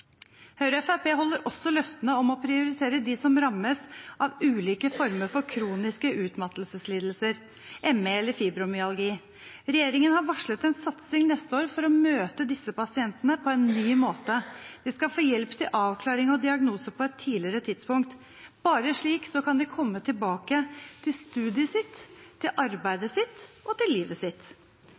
Høyre og Fremskrittspartiet holder også løftene om å prioritere dem som rammes av ulike former for kroniske utmattelseslidelser, ME eller fibromyalgi. Regjeringen har varslet en satsing neste år for å møte disse pasientene på en ny måte. De skal få hjelp til avklaring og diagnose på et tidligere tidspunkt. Bare slik kan de komme raskere tilbake til studiet sitt, til arbeidet sitt og til livet sitt.